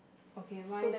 okay mine